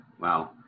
Wow